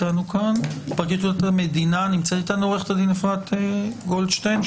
מפרקליטות המדינה נמצאת עורכת הדין אפרת גולדשטיין.